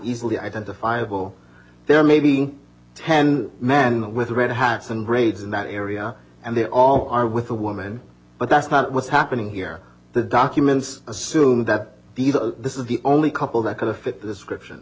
easily identifiable there maybe ten man with red hats and raids in that area and they all are with a woman but that's not what's happening here the documents assume that the the this is the only couple that kind of fit the description